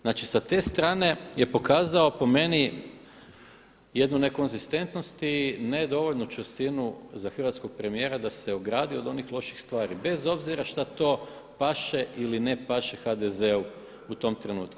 Znači sa te strane je pokazao po meni jednu nekonzistentnost i ne dovoljnu čvrstinu za hrvatskog premijera da se ogradi od onih loših stvari bez obzira šta to paše ili ne paše HDZ-u u tom trenutku.